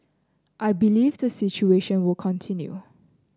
I believe the situation will continue